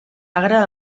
agre